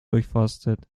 durchforstet